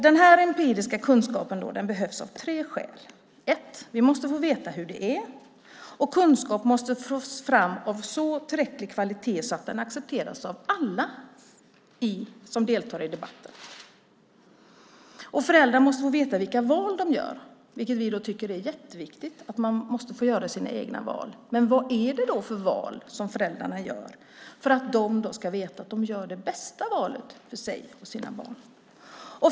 Den här empiriska kunskapen behövs av flera skäl: Vi måste få veta hur det är. Kunskap måste fram av tillräcklig kvalitet för att accepteras av alla som deltar i debatten. Föräldrar måste få veta vilka val de gör. Vi tycker att det är jätteviktigt att man får göra sina egna val, men vad är det för val som föräldrarna gör? De måste veta att de gör det bästa valet för sig och sina barn.